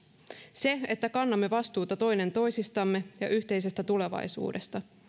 se että kannamme vastuuta toinen toisistamme ja yhteisestä tulevaisuudesta